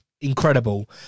incredible